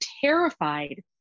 terrified